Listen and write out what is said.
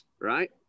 right